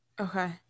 okay